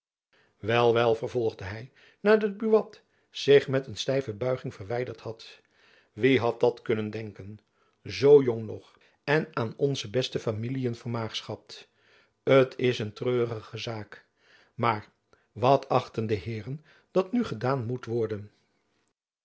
wel wel vervolgde hy nadat buat zich met een stijve buiging verwijderd had wie had dat kunnen denken zoo jong nog en aan onze beste familiën vermaagschapt t is een treurige zaak maar wat achten de heeren dat nu gedaan moet worden